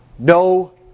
No